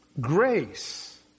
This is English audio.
grace